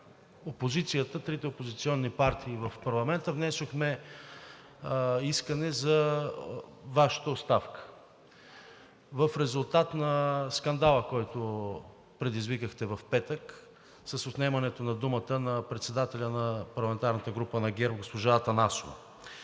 трите опозиционни партии в парламента внесохме искане за Вашата оставка в резултат на скандала, който предизвикахте в петък с отнемането на думата на председателя на парламентарната група на ГЕРБ – госпожа Атанасова.